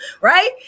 Right